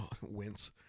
wince